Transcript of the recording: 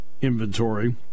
inventory